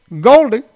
Goldie